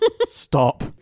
Stop